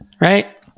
right